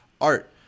Art